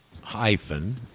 hyphen